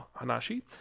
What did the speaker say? Hanashi